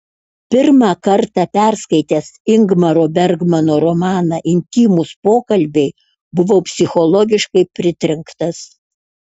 pirmą kartą perskaitęs ingmaro bergmano romaną intymūs pokalbiai buvau psichologiškai pritrenktas